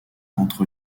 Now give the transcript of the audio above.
entre